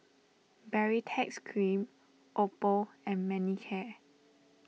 Baritex Cream Oppo and Manicare